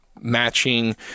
matching